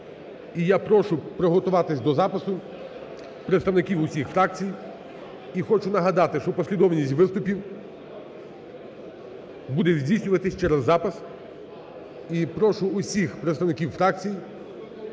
І я прошу приготуватись до запису представників усіх фракцій. І хочу нагадати, що послідовність виступів буде здійснюватись через запис. І прошу усіх представників фракцій